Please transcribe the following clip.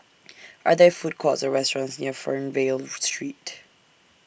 Are There Food Courts Or restaurants near Fernvale Street